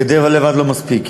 גדר לבד לא מספיקה.